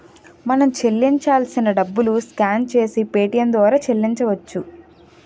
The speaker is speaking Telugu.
మనం చెల్లించాల్సిన డబ్బులు స్కాన్ చేసి పేటియం ద్వారా చెల్లించవచ్చు